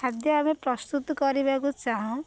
ଖାଦ୍ୟ ଆମେ ପ୍ରସ୍ତୁତ କରିବାକୁ ଚାହୁଁ